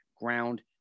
ground